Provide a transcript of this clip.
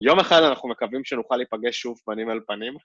יום אחד אנחנו מקווים שנוכל להיפגש שוב פנים אל פנים.